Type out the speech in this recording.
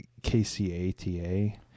KCATA